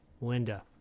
Linda